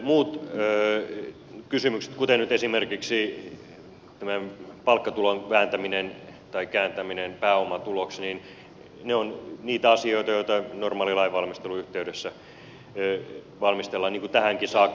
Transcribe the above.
nämä muut kysymykset kuten nyt esimerkiksi tämä palkkatulon vääntäminen tai kääntäminen pääomatuloksi ovat niitä asioita joita normaalin lainvalmistelun yhteydessä valmistellaan niin kuin tähänkin saakka